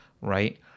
right